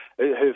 who've